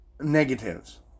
negatives